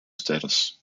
status